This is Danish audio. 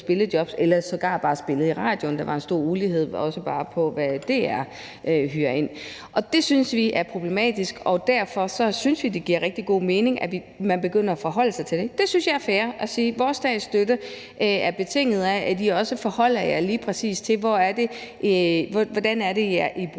spillejobs eller sågar bare spillet i radioen. Der er også en stor ulighed, også bare i forhold til hvem DR hyrer ind. Det synes vi er problematisk, og derfor synes vi, det giver rigtig god mening, at man begynder at forholde sig til det. Jeg synes, det er fair at sige: Vores statsstøtte er betinget af, at I også forholder jer til, hvordan det er, I bruger